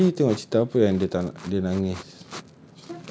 abeh tadi tengok cerita apa yang dia tak nak dia nangis